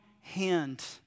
hand